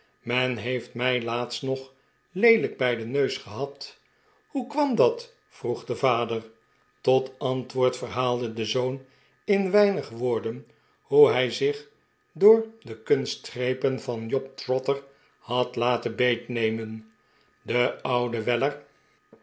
men heeft mij laatst nog leelijk bij den neus gehad hoe kwam dat vroeg de vader tot antwoord verhaalde de zoon in weinig woorden hoe hij zich door de kunstgrepen van job trotter had laten beetnemen de oude weller